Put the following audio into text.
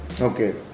Okay